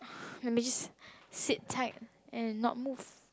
let me just sit tight and not move